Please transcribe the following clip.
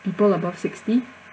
people above sixty